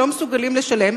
שלא מסוגלים לשלם,